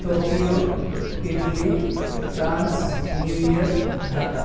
Tokyo Italy France New York Dhaka